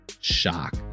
shock